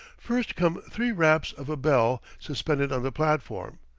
first come three raps of a bell suspended on the platform,